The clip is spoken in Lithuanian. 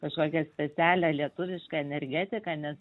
kažkokią specialią lietuvišką energetiką nes